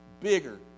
bigger